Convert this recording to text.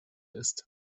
ist